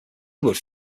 would